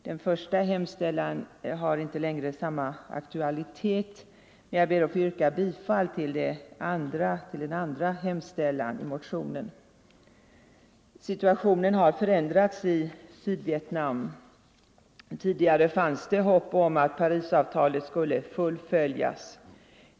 Den första hemställan har inte längre aktualitet, varför jag ber att få yrka bifall till den andra hemställan i motionen. Situationen har förändrats i Sydvietnam. Tidigare fanns det hopp om att Parisavtalet skulle fullföljas.